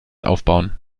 aufbauen